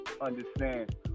understand